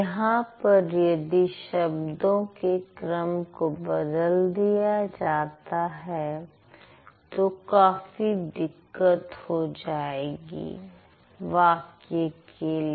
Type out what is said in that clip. यहां पर यदि शब्दों के क्रम को बदल दिया जाता है तो काफी दिक्कत हो जाएगी वाक्य के लिए